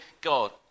God